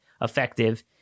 effective